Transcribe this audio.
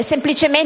semplicemente